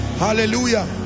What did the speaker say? hallelujah